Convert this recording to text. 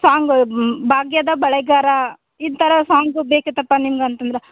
song ಭಾಗ್ಯದ ಬಳೆಗಾರ ಈ ಥರ ಸಾಂಗ್ ಬೇಕಿತ್ತಪ್ಪಾ ನಿಮ್ಗೆ ಅಂತಂದ್ರೆ